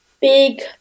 big